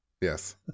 yes